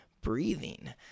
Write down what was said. breathing